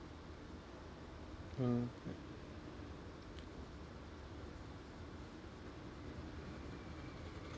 mm